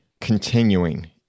continuing